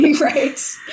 right